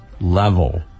level